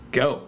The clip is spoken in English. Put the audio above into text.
go